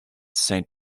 saint